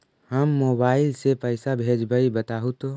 हम मोबाईल से पईसा भेजबई बताहु तो?